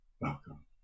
Welcome